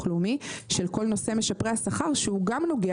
הלאומי בוצע תיקון משמעותי של כל נושא משפרי השכר שגם הוא נוגע